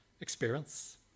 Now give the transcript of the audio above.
experience